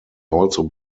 also